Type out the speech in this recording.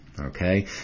Okay